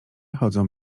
chodzą